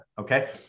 okay